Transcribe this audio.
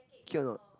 K or not